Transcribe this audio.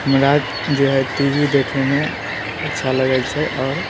हमरा जे हय टी वी देखैमे अच्छा लगै छै आओर